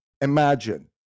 imagine